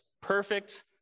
perfect